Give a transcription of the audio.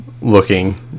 looking